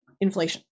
inflation